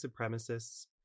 supremacists